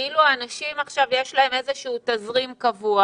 כאילו לאנשים יש עכשיו איזשהו תזרים קבוע